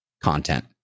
content